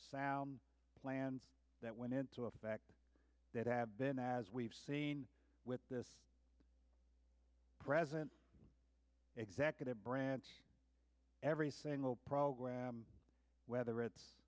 plan that went into effect that have been as we've seen with this president executive branch every single program whether it's